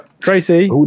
Tracy